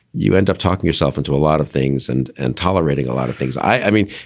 you end up talking yourself into a lot of things and and tolerating a lot of things. i mean,